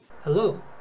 Hello